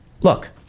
Look